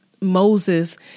Moses